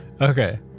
Okay